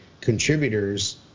contributors